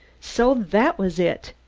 so, that was it!